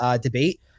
debate